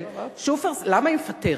למה שיפטר?